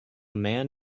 man